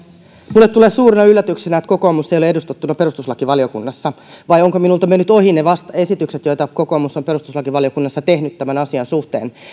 minulle tulee suurena yllätyksenä että kokoomus ei ole edustettuna perustuslakivaliokunnassa vai ovatko minulta menneet ohi ne esitykset joita kokoomus on perustuslakivaliokunnassa tehnyt tämän asian suhteen